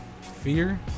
Fear